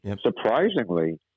Surprisingly